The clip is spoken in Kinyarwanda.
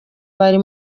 bari